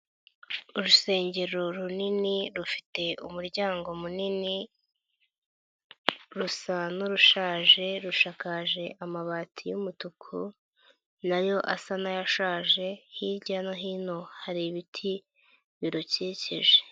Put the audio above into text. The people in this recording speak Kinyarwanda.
Urusengero runini, rufite umuryango munini, rusa n'urushaje, rushakakaje amabati y'umutuku na yo asa n'ayashaje, hirya no hino hari ibiti birukikije.